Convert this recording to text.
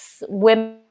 women